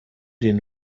den